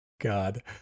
God